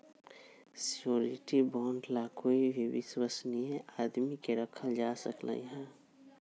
surety bond ला कोई भी विश्वस्नीय आदमी के रखल जा सकलई ह